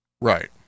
Right